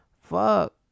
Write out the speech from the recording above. fuck